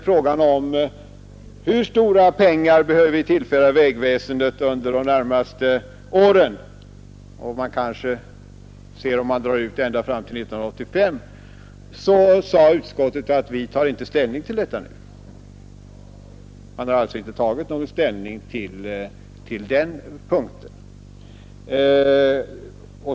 Frågan om hur stora belopp vägväsendet behöver tillföras under de närmaste åren — man kan kanske dra ut perspektivet ända till 1985 — har utskottet inte tagit ställning till.